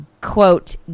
quote